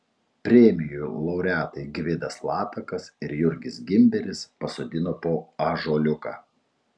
premijų laureatai gvidas latakas ir jurgis gimberis pasodino po ąžuoliuką